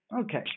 Okay